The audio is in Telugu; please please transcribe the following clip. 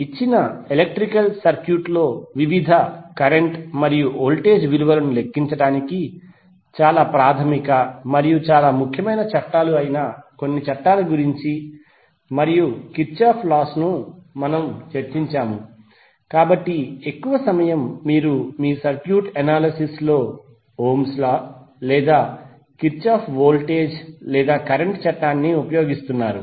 ఇచ్చిన ఎలక్ట్రికల్ సర్క్యూట్లో వివిధ కరెంట్ మరియు వోల్టేజ్ విలువలను లెక్కించడానికి చాలా ప్రాథమిక మరియు చాలా ముఖ్యమైన చట్టాలు అయిన కొన్ని చట్టాల గురించి మరియు కిర్ఛాఫ్ లాస్ Kirchhoffs laws ను మనము చర్చించాము కాబట్టి ఎక్కువ సమయం మీరు మీ సర్క్యూట్ అనాలిసిస్ లో ఓమ్స్ లా Ohms law లేదా కిర్చాఫ్ వోల్టేజ్ లేదా కరెంట్ చట్టాన్ని ఉపయోగిస్తున్నారు